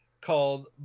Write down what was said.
called